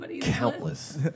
Countless